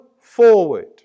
forward